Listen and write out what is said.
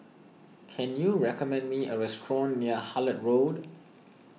can you recommend me a restaurant near Hullet Road